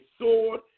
sword